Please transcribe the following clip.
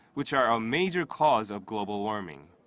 which are a major cause of global warming.